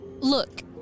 Look